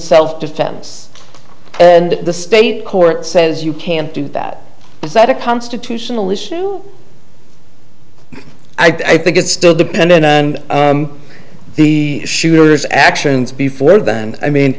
self defense and the state court says you can't do that is that a constitutional issue i think it still depend on the shooter's actions before that and i mean